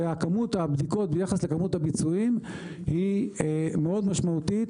וכמות הבדיקות וכמות הבדיקות ביחס לכמות הביצועים היא מאוד משמעותית